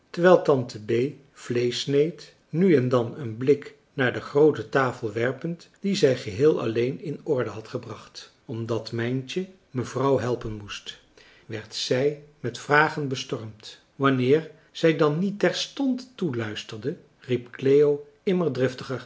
terwijl tante bee vleesch sneed nu en dan een blik naar de groote tafel werpend die zij geheel alleen in orde had gebracht omdat mijntje mevrouw helpen moest werd zij met vragen bestormd wanneer zij dan niet terstond toeluisterde riep cleo